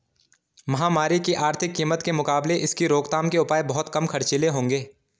महामारी की आर्थिक कीमत के मुकाबले इसकी रोकथाम के उपाय बहुत कम खर्चीले होंगे